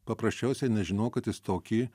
paprasčiausiai nežino kad jis tokį